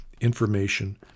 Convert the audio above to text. information